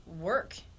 work